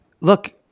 look